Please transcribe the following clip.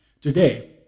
today